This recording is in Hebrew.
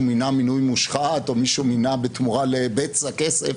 מינה מינוי מושחת או מישהו מינה בתמורה לבצע כסף,